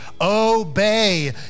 Obey